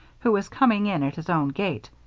who was coming in at his own gate,